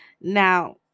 Now